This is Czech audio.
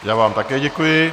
Já vám také děkuji.